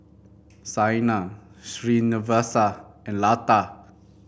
Saina Srinivasa and Lata